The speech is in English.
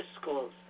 schools